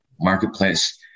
marketplace